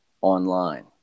online